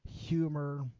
humor